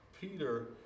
Peter